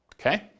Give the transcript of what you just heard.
Okay